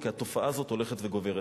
כי התופעה הזאת הולכת וגוברת.